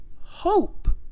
HOPE